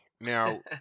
Now